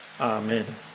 Amen